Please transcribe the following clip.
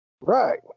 Right